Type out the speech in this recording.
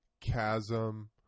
chasm